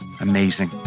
Amazing